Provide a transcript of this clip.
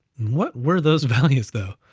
what were those values though?